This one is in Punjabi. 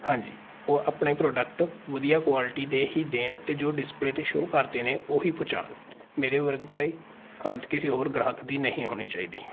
ਹਾਂਜੀ ਉਹ ਆਪਣੇ ਪ੍ਰੋਡਕਟ ਵਧੀਆ ਕੁਆਲਿਟੀ ਦੇ ਹੀ ਦੇਣ ਅਤੇ ਜੋ ਡਿਸਪਲੇ 'ਤੇ ਸ਼ੋਅ ਕਰਦੇ ਨੇ ਉਹੀ ਪਹੁੰਚਾਉਣ ਮੇਰੇ ਵਰਗੀ ਹਾਲਤ ਕਿਸੇ ਹੋਰ ਗ੍ਰਾਹਕ ਦੀ ਨਹੀਂ ਹੋਣੀ ਚਾਹੀਦੀ